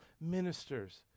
ministers